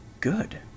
good